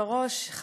6485, 6522 ו-6532.